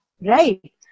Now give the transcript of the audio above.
right